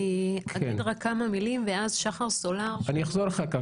אני אגיד רק כמה מילים ואז שחר סולר ימשיך.